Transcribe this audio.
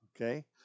Okay